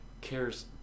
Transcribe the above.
cares